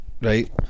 Right